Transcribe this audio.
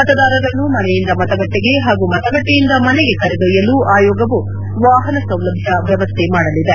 ಮತದಾರರನ್ನು ಮನೆಯಿಂದ ಮತಗಟ್ಟಿಗೆ ಹಾಗೂ ಮತಗಟ್ಟೆಯಿಂದ ಮನೆಗೆ ಕರೆದೊಯ್ಲಲು ಆಯೋಗವು ವಾಹನ ಸೌಲಭ್ಯ ವ್ಯವಸ್ಥೆ ಮಾಡಲಿದೆ